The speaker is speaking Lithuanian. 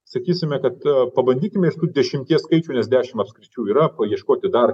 sakysime kad pabandykime iš tų dešimties skaičių nes dešim apskričių yra paieškoti dar